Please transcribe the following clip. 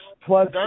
Plus